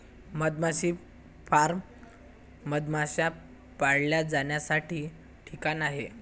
मधमाशी फार्म मधमाश्या पाळल्या जाण्याचा ठिकाण आहे